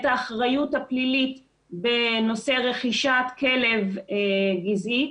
את האחריות הפלילית בנושא רכישת כלב גזעי,